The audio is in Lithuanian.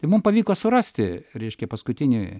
tai mum pavyko surasti reiškia paskutinį